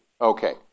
Okay